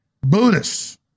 Buddhists